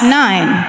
nine